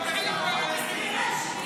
דבר כזה עם פלסטיני.